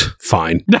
fine